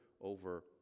over